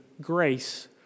grace